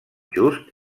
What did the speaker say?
just